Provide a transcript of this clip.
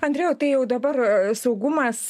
andriejau tai jau dabar saugumas